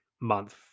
month